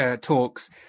talks